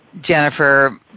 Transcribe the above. Jennifer